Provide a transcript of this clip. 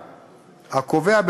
הקובע,